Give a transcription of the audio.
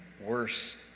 worse